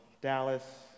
Dallas